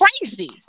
crazy